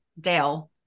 Dale